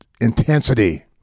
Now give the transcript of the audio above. intensity